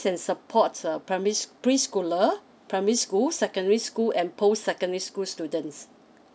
and supports uh primary scho~ preschooler primary school secondary school and post secondary school students